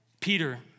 Peter